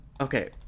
Okay